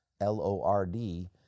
L-O-R-D